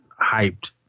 hyped